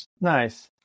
Nice